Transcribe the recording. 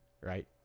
right